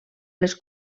les